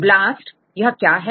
blast यह क्या है